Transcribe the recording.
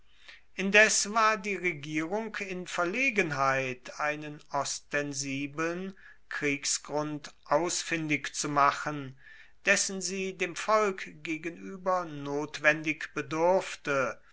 indes war die regierung in verlegenheit einen ostensibeln kriegsgrund ausfindig zu machen dessen sie dem volk gegenueber notwendig bedurfte